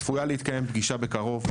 צפויה להתקיים פגישה בקרוב,